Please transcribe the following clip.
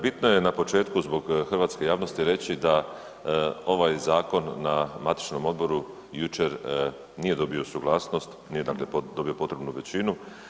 Bitno je na početku zbog hrvatske javnosti reći da ovaj zakon na matičnom odboru jučer nije dobio suglasnost, nije dobio potrebnu većinu.